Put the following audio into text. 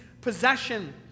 possession